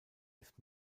ist